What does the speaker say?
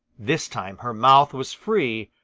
this time her mouth was free,